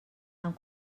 amb